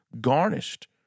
garnished